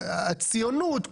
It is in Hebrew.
הציונות,